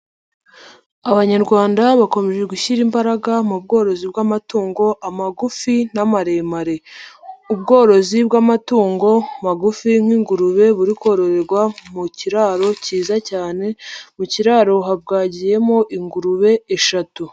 Abanyarwanda bakomeje gushyira imbaraga mu bworozi bw'amatungo amagufi n'amaremare. Ubworozi bw'amatungo magufi nk'ingurube buri kororerwa mu kiraro cyiza cyane mu kiraro habwagiyemo ingurube eshatu.